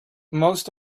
most